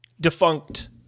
defunct